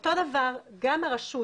אותו דבר גם הרשות,